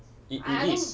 it it is